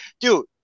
dude